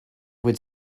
would